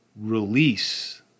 release